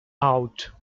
out